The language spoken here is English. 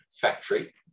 factory